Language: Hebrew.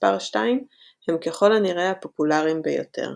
מספר 2 הם ככל הנראה הפופולרים ביותר.